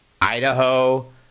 Idaho